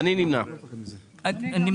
הצבעה הפנייה אושרה הפנייה אושרה.